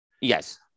Yes